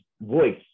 voice